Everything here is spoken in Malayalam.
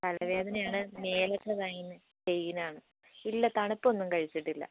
തലവേദന ആണ് മേലൊക്കെ ഭയങ്കര പെയിൻ ആണ് ഇല്ല തണുപ്പൊന്നും കഴിച്ചിട്ടില്ല